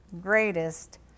greatest